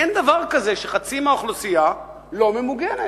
אין דבר כזה שמחצית מהאוכלוסייה לא ממוגנת.